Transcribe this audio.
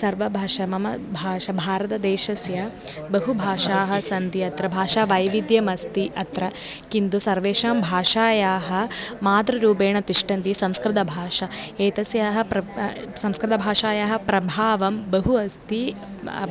सर्वभाषा मम भाषा भारतदेशस्य बहु भाषाः सन्ति अत्र भाषा वैविध्यम् अस्ति अत्र किन्तु सर्वेषां भाषायाः मातृरूपेण तिष्ठन्ति संस्कृतभाषा एतस्याः प्र संस्कृतभाषायाः प्रभावं बहु अस्ति